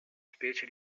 specie